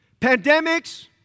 pandemics